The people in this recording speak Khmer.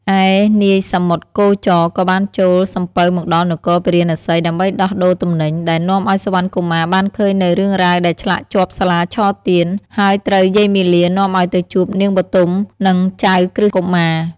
ឯនាយសមុទ្រគោចរក៏បានចូលសំពៅមកដល់នគរពារាណសី ដើម្បីដោះដូរទំនិញ ដែលនាំឱ្យសុវណ្ណកុមារបានឃើញនូវរឿងរ៉ាវដែលឆ្លាក់ជាប់សាលាឆទាន ហើយត្រូវយាយមាលានាំឱ្យទៅជួបនាងបុទម និងចៅក្រឹស្នកុមារ។